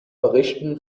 berichten